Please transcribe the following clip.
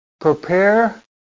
prepare